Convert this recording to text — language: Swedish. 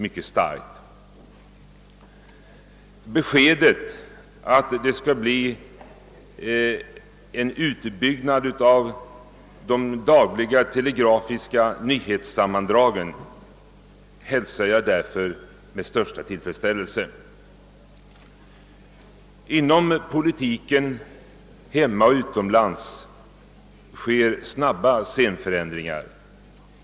Därför hälsar jag med största tillfredsställelse beskedet att de dagliga telegrafiska mnyhetssammandragen skall byggas ut. Inom politiken hemma och utomlands sker snabba scenförändringar.